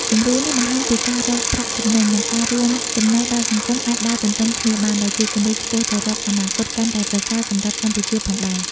គំរូនេះបង្ហាញថាការរកប្រាក់ចំណេញ និងការរួមចំណែកដល់សង្គមអាចដើរទន្ទឹមគ្នាបាន ដែលជាគន្លឹះឆ្ពោះទៅរកអនាគតកាន់តែប្រសើរសម្រាប់កម្ពុជាផងដែរ ។